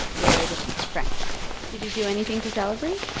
good french fry did you do anything to celebrate?